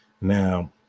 Now